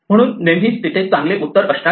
म्हणून नेहमी तिथे एकच चांगले उत्तर असणार नाही